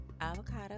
Avocado